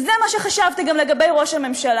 וזה מה שחשבתי גם לגבי ראש הממשלה